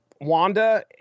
Wanda